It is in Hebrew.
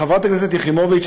חברת הכנסת יחימוביץ,